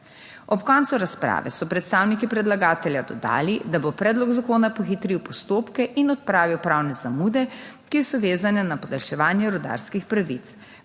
Ob koncu razprave so predstavniki predlagatelja dodali, da bo predlog zakona pohitril postopke in odpravil pravne zamude, ki so vezane na podaljševanje rudarskih pravic.